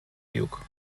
duke